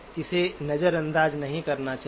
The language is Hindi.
इसे नजर अंदाज नहीं करना चाहिए